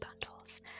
bundles